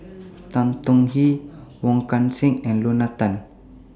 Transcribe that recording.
Tan Tong Hye Wong Kan Seng and Lorna Tan